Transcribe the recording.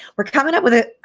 we're coming up with a,